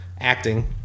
acting